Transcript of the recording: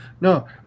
no